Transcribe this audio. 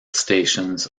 stations